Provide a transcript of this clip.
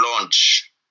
launch